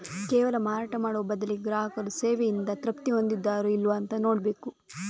ಕೇವಲ ಮಾರಾಟ ಮಾಡುವ ಬದಲಿಗೆ ಗ್ರಾಹಕರು ಸೇವೆಯಿಂದ ತೃಪ್ತಿ ಹೊಂದಿದಾರೋ ಇಲ್ವೋ ಅಂತ ನೋಡ್ಬೇಕು